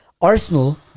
Arsenal